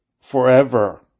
forever